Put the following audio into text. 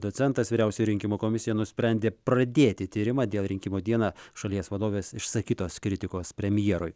docentas vyriausioji rinkimų komisija nusprendė pradėti tyrimą dėl rinkimų dieną šalies vadovės išsakytos kritikos premjerui